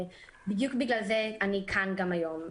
בדיוק בגלל זה אני כאן גם היום.